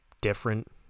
different